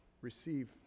receive